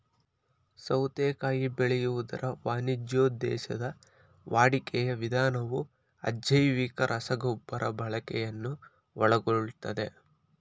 ಸೌತೆಕಾಯಿ ಬೆಳೆಯುವುದರ ವಾಣಿಜ್ಯೋದ್ದೇಶದ ವಾಡಿಕೆಯ ವಿಧಾನವು ಅಜೈವಿಕ ರಸಗೊಬ್ಬರ ಬಳಕೆಯನ್ನು ಒಳಗೊಳ್ತದೆ